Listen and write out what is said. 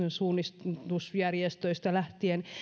suunnistusjärjestöistä lähtien